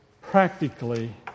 Practically